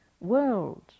world